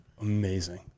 Amazing